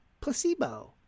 Placebo